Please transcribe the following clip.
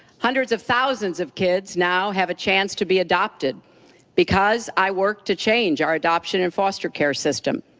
hundreds of thousands of kids now have a chance to be adopted because i worked to change our adoption and foster care system.